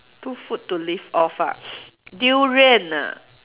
two food to live off ah durian ah